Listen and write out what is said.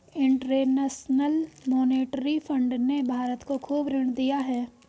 international monetary fund ने भारत को खूब ऋण दिया है